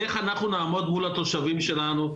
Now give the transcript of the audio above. איך אנחנו נעמוד מול התושבים שלנו?